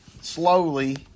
slowly